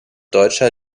deutscher